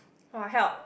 !wah! help